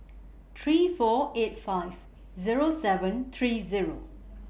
three four eight five Zero seven three Zero